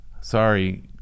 sorry